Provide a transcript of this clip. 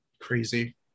crazy